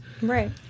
Right